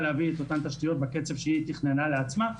להביא את אותן תשתיות בקצב שהיא תכננה לעצמה,